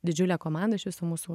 didžiulė komanda iš visų mūsų